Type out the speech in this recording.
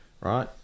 right